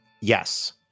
Yes